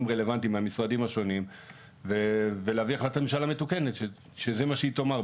רלוונטיים מהמשרדים השונים ולהביא החלטת ממשלה מתוקנת שזה מה שהיא תאמר,